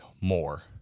more